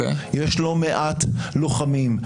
יש לא מעט לוחמים,